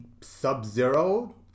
sub-zero